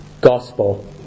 gospel